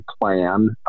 plan